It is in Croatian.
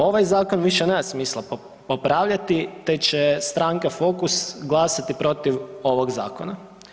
Ovaj zakon više nema smisla popravljati, te će stranka Fokus glasati protiv ovog zakona.